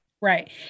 right